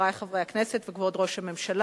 חברי חברי הכנסת וכבוד ראש הממשלה,